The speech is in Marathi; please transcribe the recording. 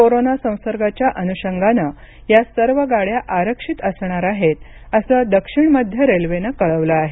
कोरोना संसर्गाच्या अनुषंगानं या सर्व गाड्या आरक्षित असणार आहेत असं दक्षिण मध्य रेल्वेनं कळवलं आहे